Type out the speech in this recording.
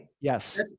Yes